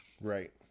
Right